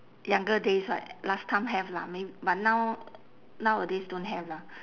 younger days right last time have lah may~ but now nowadays don't have lah